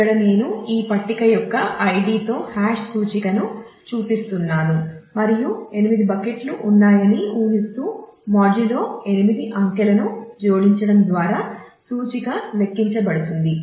ఇది hash indexing 8 అంకెలను జోడించడం ద్వారా సూచిక లెక్కించబడుతుంది